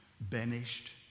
banished